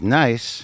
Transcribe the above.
nice